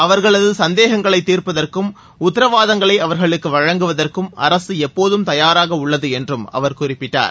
அவர்களது சந்தேகங்களைத் தீர்ப்பதற்கும் உத்தரவாதங்களை அவர்களுக்கு வழங்குவதற்கும் அரசு எப்போதும் தயாராக உள்ளது என்றும் அவர் குறிப்பிட்டார்